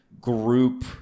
group